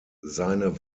seine